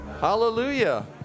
Hallelujah